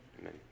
Amen